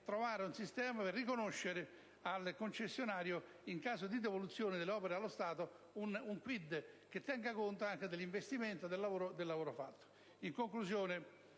trovare un sistema per riconoscere al concessionario, in caso di devoluzione delle opere allo Stato, un *quid* che tenga conto dell'investimento e del lavoro fatto.